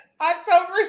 October